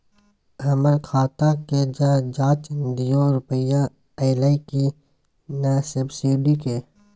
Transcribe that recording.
हमर खाता के ज जॉंच दियो रुपिया अइलै की नय सब्सिडी के?